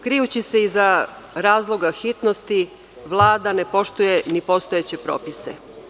Krijući se iza razloga hitnosti Vlada ne poštuje ni postojeće propise.